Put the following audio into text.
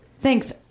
Thanks